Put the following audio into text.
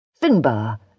Finbar